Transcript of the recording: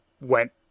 went